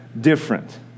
different